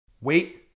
wait